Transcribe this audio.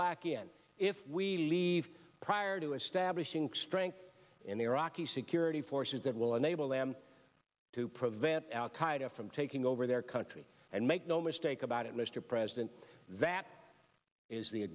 back again if we leave prior to establishing strength in the iraqi security forces that will enable them to prevent al qaida from taking over their country and make no mistake about it mr president that is the